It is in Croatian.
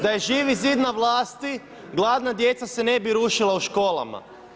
Da je Živi zid na vlasti gladna djeca se ne bi rušila u školama.